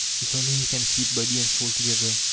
if only he can keep body and soul together,